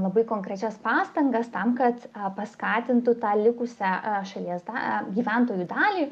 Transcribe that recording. labai konkrečias pastangas tam kad paskatintų tą likusią šalies tą gyventojų dalį